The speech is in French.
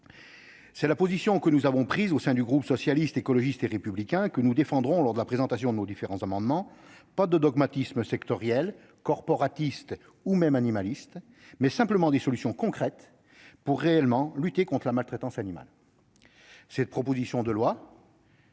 C'est la position que nous avons retenue au sein du groupe Socialiste, Écologiste et Républicain, position que nous défendrons lors de la présentation de nos différents amendements : pas de dogmatisme sectoriel, corporatiste ou même animaliste, mais simplement des solutions concrètes pour réellement lutter contre la maltraitance animale. Ce texte présente de